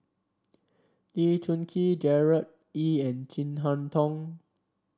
Lee Choon Kee Gerard Ee and Chin Harn Tong